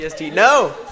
No